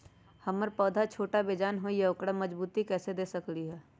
हमर पौधा छोटा बेजान हई उकरा मजबूती कैसे दे सकली ह?